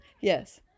Yes